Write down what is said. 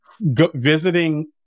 visiting